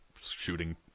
shooting